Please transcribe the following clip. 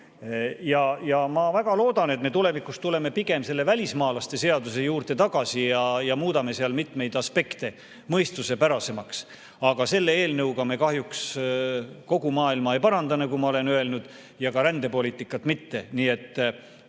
Ja ma väga loodan, et me tulevikus tuleme pigem selle välismaalaste seaduse juurde tagasi ja muudame seal mitmeid aspekte mõistuspärasemaks. Aga selle eelnõuga me kahjuks kogu maailma ei paranda, nagu ma olen öelnud, ja ka rändepoliitikat mitte. Nii et